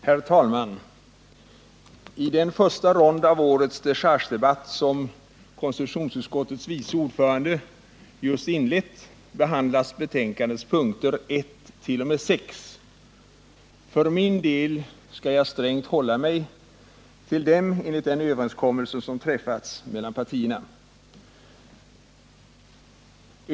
Herr talman! I den första rond av årets dechargedebatt som konstitutionsutskottets vice ordförande nyss inlett behandlas betänkandets punkter 1-6. För min del skall jag strängt hålla mig till dem enligt den överenskommelse som träffats mellan partierna.